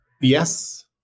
Yes